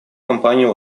кампанию